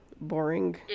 Boring